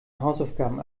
hausaufgaben